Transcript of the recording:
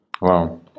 Wow